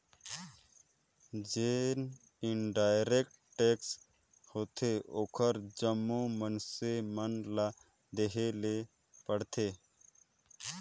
जेन indirect tax होथे ओहर जम्मो मइनसे मन ल देहे ले परथे